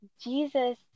Jesus